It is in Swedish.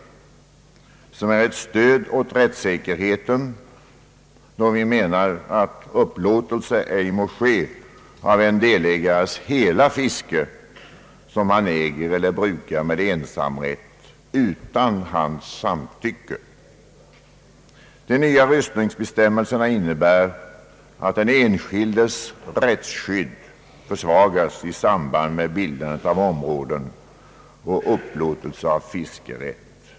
Denna reservation utgör ett stöd åt rättssäkerheten, då vi menar att upplåtelse ej må ske av en delägares hela fiske som han äger eller brukar med ensamrätt utan hans samtycke. De nya röstningsbestämmelserna innebär att den enskildes rättsskydd försvagas i samband med bildandet av fiskevårdsområden och upplåtelse av fiskerätt.